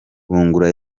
bungura